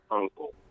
uncle